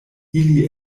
ili